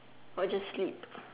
or just sleep